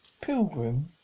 Pilgrim